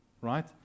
right